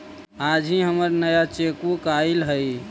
आज ही हमर नया चेकबुक आइल हई